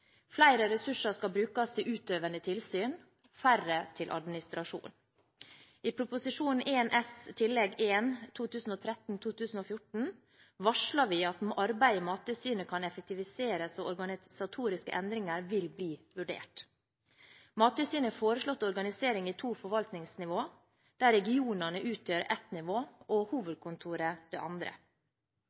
Flere ressurser skal brukes til utøvende tilsyn, færre til administrasjon. I Prop. 1 S Tillegg 1 for 2013–2014 ble det varslet: «Arbeidet i Mattilsynet kan effektiviseres og organisatoriske endringer vil bli vurdert.» Mattilsynet har foreslått organisering i to forvaltningsnivåer, der regionene utgjør ett nivå og hovedkontoret det andre.